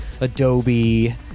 Adobe